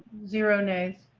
zero days.